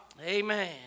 Amen